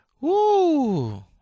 woo